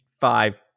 five